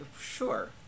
sure